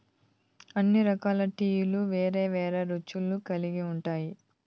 అన్ని రకాల టీలు వేరు వేరు రుచులు కల్గి ఉంటాయి